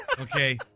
Okay